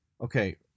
okay